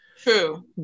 True